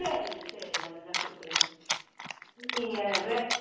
சரிங்க சரிங்க அப்படின்னா குடுத்துருங்க ம் நீங்கள் வேற என்ன வேணும்